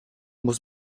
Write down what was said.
muss